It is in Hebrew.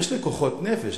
יש לי כוחות נפש,